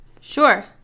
Sure